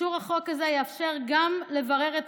אישור החוק הזה יאפשר גם לברר את